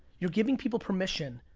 you're giving people permission.